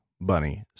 Bunny